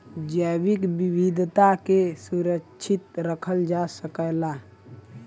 जैविक विविधता के सुरक्षित रखल जा सकल जाला